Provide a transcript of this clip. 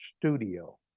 studio